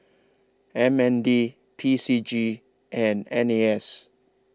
M N D P C G and N A S